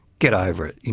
get over it.